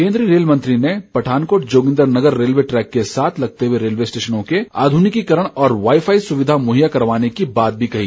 केन्द्रीय रेल मंत्री ने पठानकोट जोगिन्दनगर रेलवे ट्रैक के साथ लगते रेलवे स्टेशनों के आध्निकीकरण और वाई फाई सुविधा मुहैया करवाने की भी बात कही